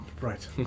Right